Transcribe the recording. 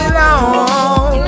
long